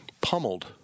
pummeled